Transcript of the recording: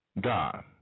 God